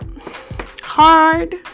hard